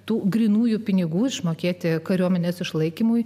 tų grynųjų pinigų išmokėti kariuomenės išlaikymui